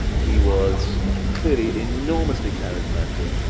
he was clearly enormously charismatic.